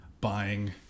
buying